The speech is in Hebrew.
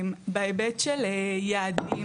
בהיבט של יעדים,